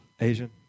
Asian